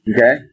Okay